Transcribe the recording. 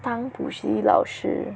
当补习老师